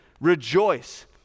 rejoice